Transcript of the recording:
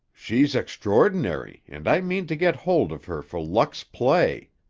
she's extraordinary, and i mean to get hold of her for luck's play.